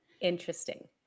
Interesting